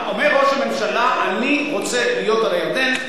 אומר ראש הממשלה: אני רוצה להיות על הירדן,